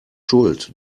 schuld